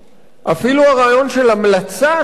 אפילו הרעיון של המלצה של האקדמיה